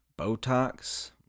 Botox